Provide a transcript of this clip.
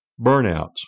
Burnouts